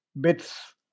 bits